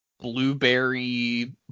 blueberry